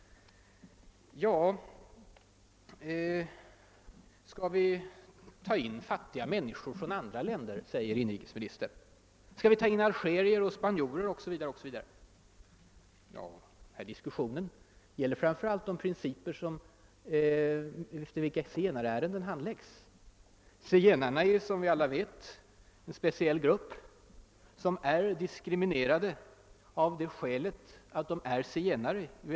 Skall vi då också ta in fattiga människor från andra länder? frågar inrikesministern. Skall vi ta in algerier och spanjorer o.s. v.?2 Men den här diskussionen gäller de principer efter vilka zigenarärenden handläggs. Zigenarna utgör som vi alla vet en speciell grupp som är diskriminerad redan av det skälet att de är zigenare.